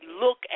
look